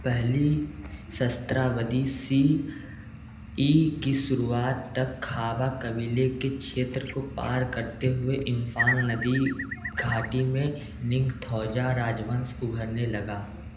पहली सहस्राब्दी C E की शुरुवात तक खाबा कबीले के क्षेत्र को पार करते हुए इंफाल नदी घाटी में निंगथौजा राजवंश उभरने लगा